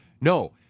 No